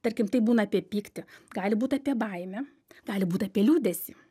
tarkim taip būna apie pyktį gali būt apie baimę gali būt apie liūdesį